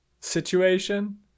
situation